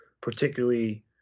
particularly